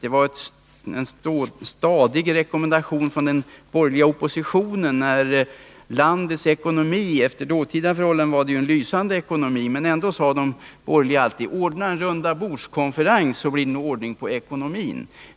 Det var ju en ständig rekommendation från den borgerliga oppositionen när landet, efter dåtida förhållanden, hade en lysande ekonomi. Inbjud till en rundabordskonferens, sade man, så att det blir ordning på ekonomin.